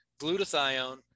glutathione